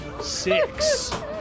Six